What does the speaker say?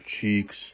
Cheeks